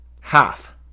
Half